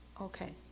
Okay